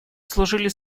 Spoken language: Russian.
служили